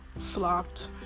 flopped